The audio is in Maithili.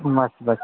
बस बस